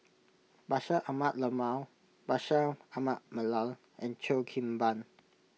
Bashir Ahmad Mallal Bashir Ahmad Mallal and Cheo Kim Ban